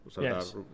Yes